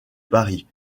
paris